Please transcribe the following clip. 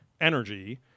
energy